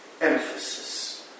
emphasis